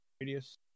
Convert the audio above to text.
Radius